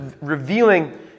revealing